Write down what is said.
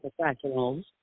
professionals